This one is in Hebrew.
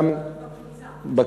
בקבוצה.